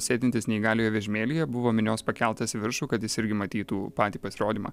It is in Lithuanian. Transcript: sėdintis neįgaliojo vežimėlyje buvo minios pakeltas į viršų kad jis irgi matytų patį pasirodymą